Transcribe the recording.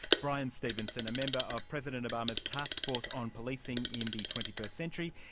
bryan stevenson, a member of president obama's task force on policing in the twenty first century.